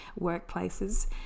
workplaces